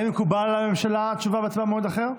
האם מקובל על הממשלה שתשובה והצבעה יהיו במועד אחר?